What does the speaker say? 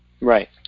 right